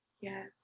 Yes